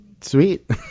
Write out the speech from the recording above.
Sweet